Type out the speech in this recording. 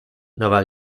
nova